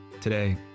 Today